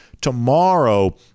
Tomorrow